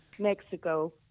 mexico